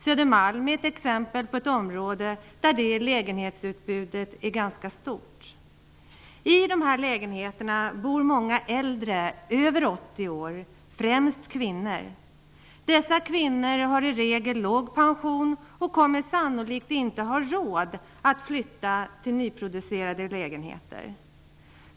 Södermalm är ett exempel på ett område där ett sådant lägenhetsutbud är ganska stort. I dessa lägenheter bor många äldre över 80 år, främst kvinnor. Dessa kvinnor har i regel låg pension och kommer sannolikt inte att ha råd att flytta till nyproducerade lägenheter.